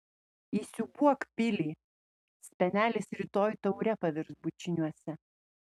įsiūbuok pilį spenelis rytoj taure pavirs bučiniuose